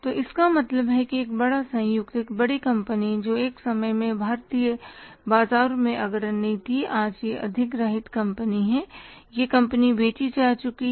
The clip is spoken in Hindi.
तो इसका मतलब कि एक बड़ा संयुक्त एक बड़ी कंपनी जो एक समय में भारतीय बाजार में अग्रणी थी और आज यह अधिग्रहित कंपनी है यह कंपनी बेची जा चुकी है